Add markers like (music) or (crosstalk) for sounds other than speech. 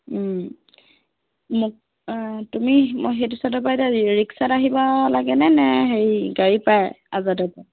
মোক তুমি মই সেই (unintelligible) আহিব লাগেনে নে হেৰি গাড়ী পায় (unintelligible)